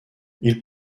ils